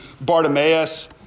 Bartimaeus